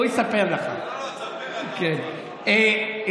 ההסתייגות (10) של חבר הכנסת שלמה קרעי לפני סעיף 1 לא נתקבלה.